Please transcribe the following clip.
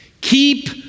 Keep